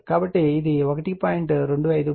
కాబట్టి ఇది 1